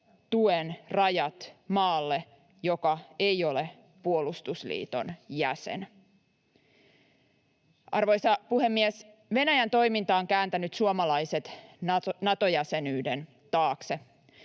tuen rajat maalle, joka ei ole puolustusliiton jäsen. Arvoisa puhemies! Venäjän toiminta on kääntänyt suomalaiset Nato-jäsenyyden taakse.